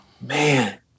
Man